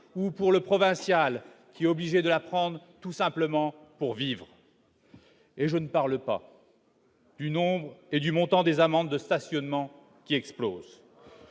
ou pour le provincial qui obligé de la prendre tout simplement pour vivre et je ne parle pas. Du nombre et du montant des amendes de stationnement qui explose.